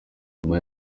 nyuma